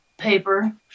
paper